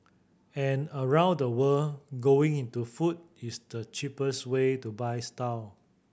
and around the world going into food is the cheapest way to buy style